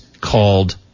called